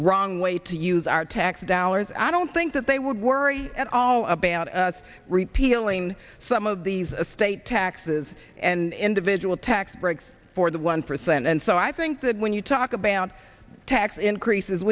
wrong way to use our tax dollars i don't think that they would worry at all about repealing some of these a state taxes and individual tax breaks for the one percent and so i think that when you talk about tax increases